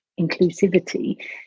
inclusivity